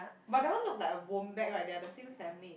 but that one look like a wombat right they are the same family